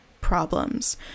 problems